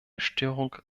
störung